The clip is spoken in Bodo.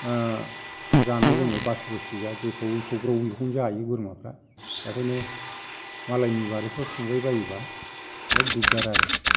जानाय लोंनायाव बास बुस गैया जेखौ सौग्रावो बेखौनो जायो बोरमाफ्रा दा बेखायनो मालायनि बारिफ्राव थांबाय बायोबा बिराद दिग्दार आरो